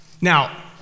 Now